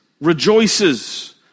rejoices